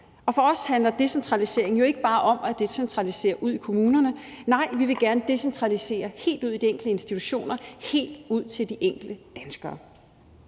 og for os handler decentraliseringen jo ikke bare om at decentralisere ud i kommunerne, nej, vi vil gerne decentralisere helt ud i de enkelte institutioner, helt ud til de enkelte danskere.